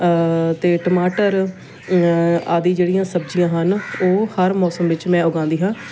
ਅਤੇ ਟਮਾਟਰ ਆਦਿ ਜਿਹੜੀਆਂ ਸਬਜ਼ੀਆਂ ਹਨ ਉਹ ਹਰ ਮੌਸਮ ਵਿੱਚ ਮੈਂ ਉਗਾਉਂਦੀ ਹਾਂ